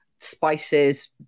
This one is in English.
spices